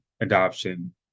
adoption